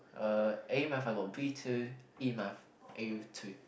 uh A math I got B two E math A two